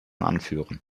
anführen